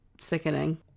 sickening